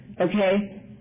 okay